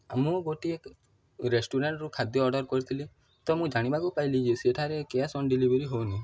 ମୁଁ ଗୋଟିଏ ରେଷ୍ଟୁରାଣ୍ଟ୍ରୁ ଖାଦ୍ୟ ଅର୍ଡ଼ର୍ କରିଥିଲି ତ ମୁଁ ଜାଣିବାକୁ ପାଇଲି ଯେ ସେଠାରେ କ୍ୟାସ୍ ଅନ୍ ଡେଲିଭରି ହେଉନି